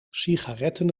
sigaretten